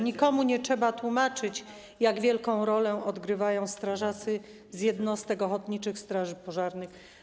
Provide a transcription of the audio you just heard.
Nikomu nie trzeba tłumaczyć, jak wielką rolę odgrywają strażacy z jednostek ochotniczych straży pożarnych.